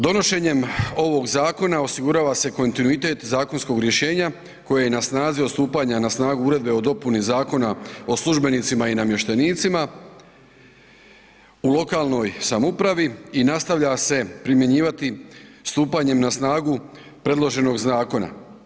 Donošenjem ovog zakona osigurava se kontinuitet zakonskog rješenja koje je na snazi od stupanja na snagu Uredbe o dopuni Zakona o službenicima i namještenicima u lokalnoj samoupravi i nastavlja se primjenjivati stupanjem na snagu predloženog zakona.